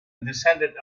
descendant